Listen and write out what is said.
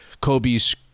Kobe's